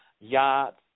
yachts